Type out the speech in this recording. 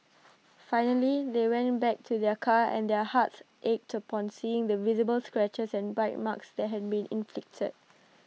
finally they went back to their car and their hearts ached upon seeing the visible scratches and bite marks that had been inflicted